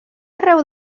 arreu